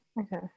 Okay